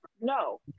No